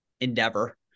endeavor